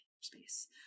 space